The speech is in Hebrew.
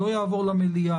לא יעבור למליאה,